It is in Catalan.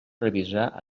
revisar